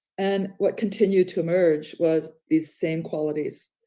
and what continue to emerge was these same qualities,